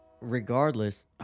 Regardless